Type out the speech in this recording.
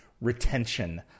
retention